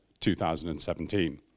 2017